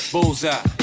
Bullseye